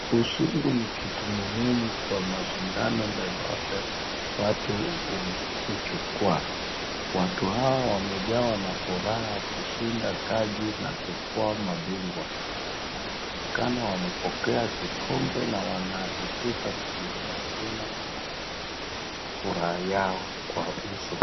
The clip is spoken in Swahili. Ushindi ni kitu muhimu kwa mashindano lolote watu huchukua, watu hawa wamejawa na furaha kushinda kazi na kukua mabingwa, inaonekana wamepokea kikombe na wanahakikisha dunia mzima inaona furaha yao kwa uso.